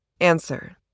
Answer